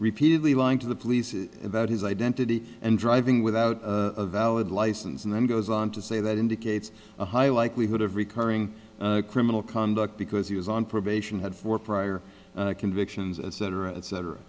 repeatedly lying to the police about his identity and driving without a valid license and then goes on to say that indicates a high likelihood of recurring criminal conduct because he was on probation had four prior convictions and cetera et cetera